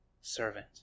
servant